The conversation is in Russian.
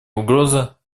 угроза